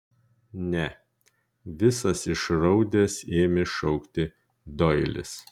ne visas išraudęs ėmė šaukti doilis